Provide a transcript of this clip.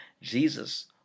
jesus